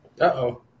Uh-oh